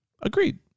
Agreed